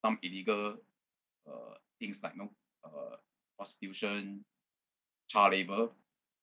some illegal uh things like you know uh prostitution child labour